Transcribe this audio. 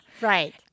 Right